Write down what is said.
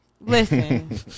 Listen